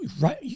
right